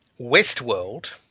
Westworld